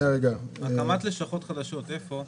הקמת לשכות חדשות, איפה?